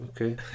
okay